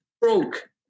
broke